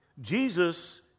Jesus